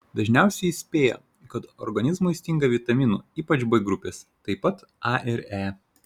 dažniausiai įspėja kad organizmui stinga vitaminų ypač b grupės taip pat a ir e